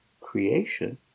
creation